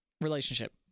Relationship